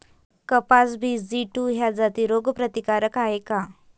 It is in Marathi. कपास बी.जी टू ह्या जाती रोग प्रतिकारक हाये का?